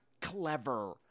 Clever